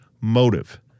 motive